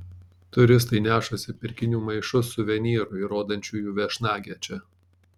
turistai nešasi pirkinių maišus suvenyrų įrodančių jų viešnagę čia